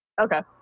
Okay